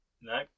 No